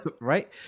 right